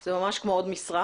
זה ממש כמו עוד משרה.